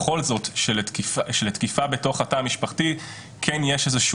קובעים כרגע מסמרות בתוצאה הסופית אבל חשוב גם מבחינת המסר שלכם לציבור